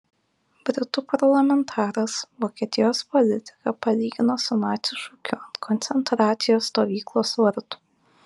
britų parlamentaras vokietijos politiką palygino su nacių šūkiu ant koncentracijos stovyklos vartų